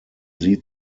sie